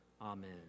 Amen